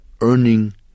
earning